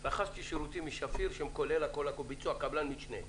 רכשתי שירותים משפיר שהם כולל הכול, קבלן משנה.